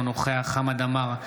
אינו נוכח חמד עמאר,